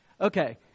Okay